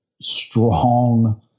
strong